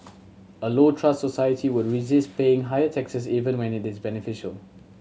a low trust society will resist paying higher taxes even when it is beneficial